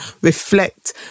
reflect